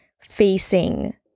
facing